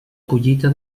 collita